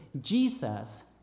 Jesus